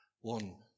one